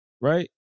right